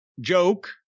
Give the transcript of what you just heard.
joke